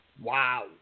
Wow